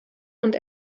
und